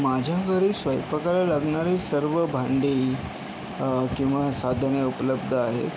माझ्या घरी स्वैपाकाला लागणारी सर्व भांडी किंवा साधने उपलब्ध आहेत